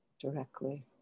directly